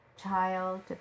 child